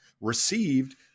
received